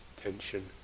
tension